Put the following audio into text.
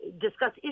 discuss